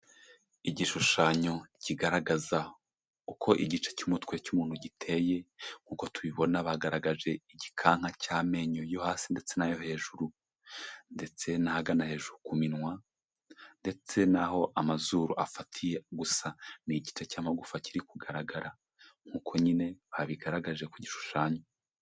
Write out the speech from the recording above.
Igishushanyo kigaragaza uko igice cy'umutwe cy'umuntu giteye, uko tubibona bagaragaje igikanka cy'amenyo yo hasi ndetse n'ayo hejuru, ndetse n'ahagana hejuru ku minwa, ndetse n'aho amazuru afatiye gusa. Ni igice cy'amagufa kiri kugaragara nk'uko nyine babigaragaje ku gishushanyo.